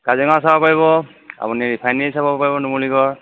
কাজিৰঙা চাব পাৰিব আপুনি ৰিফাইনেৰী চাব পাৰিব নুমলিগড়